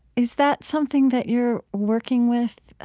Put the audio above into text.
is that something that you're working with?